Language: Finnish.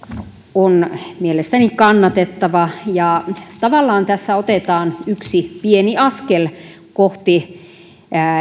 on mielestäni kannatettava ja tavallaan tässä otetaan yksi pieni askel kohti